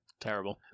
Terrible